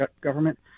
government